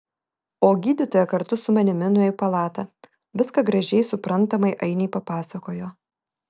o gydytoja kartu su manimi nuėjo į palatą viską gražiai suprantamai ainei papasakojo